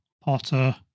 Potter